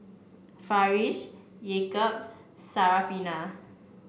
Farish Yaakob Syarafina